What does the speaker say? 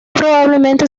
probablemente